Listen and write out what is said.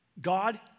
God